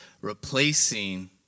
replacing